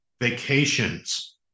Vacations